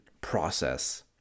process